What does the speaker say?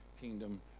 kingdom